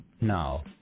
Now